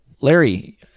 Larry